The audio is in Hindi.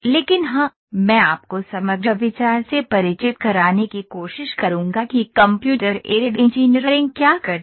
लेकिन हाँ मैं आपको समग्र विचार से परिचित कराने की कोशिश करूंगा कि कंप्यूटर एडेड इंजीनियरिंग क्या करता है